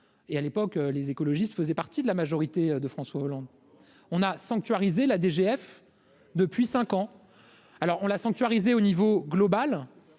et à l'époque, les écologistes faisait partie de la majorité de François Hollande on a sanctuarisé la DGF depuis 5 ans, alors on l'a sanctuarisé au niveau global